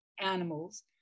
animals